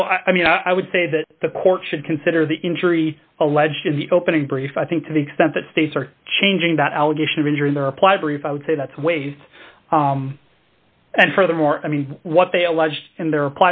so i mean i would say that the court should consider the injury alleged in the opening brief i think to the extent that states are changing that allegation of injuring their reply brief i would say that's a waste and furthermore i mean what they alleged in their